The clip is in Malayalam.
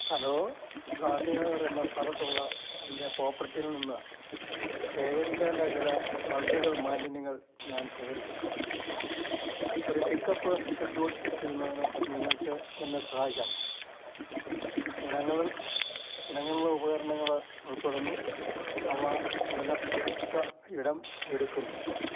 ഹലോ ഗാന്ധിനഗറെന്ന സ്ഥലത്തുള്ള എൻ്റെ പോപ്പർട്ടിയിൽ നിന്ന് ശേഖരിക്കേണ്ട ചില ബള്ഗകൾ മാലിന്യങ്ങൾ ഞാൻ ശേഖരിച്ചിട്ടുണ്ട് ഒരു പിക്കപ്പ് ഷെഡൂൾ ചെയ്യുന്നതിന് നിങ്ങൾക്ക് എന്നെ സഹായിക്കാമോ ഇനങ്ങളിൽ ഇനങ്ങളിൽ ഉപകരണങ്ങൾ ഉൾപ്പെടുന്നു അവ വിലപ്പെട്ട ഇടം എടുക്കുന്നു